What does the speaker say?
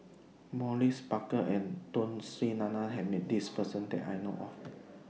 Maurice Baker and Tun Sri Lanang has Met This Person that I know of